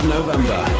November